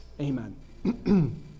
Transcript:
Amen